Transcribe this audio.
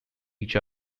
each